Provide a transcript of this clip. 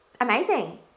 Amazing